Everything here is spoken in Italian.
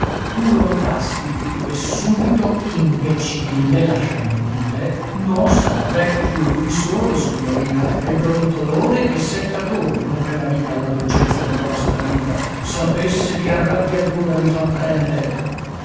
tu lo notasti e subito imbecille lasciamelo dire no sa vecchio lui solo signorina e brontolone e seccatore non creda mica alla dolcezza della nostra vita sapesse che arrabbiature mi fa prendere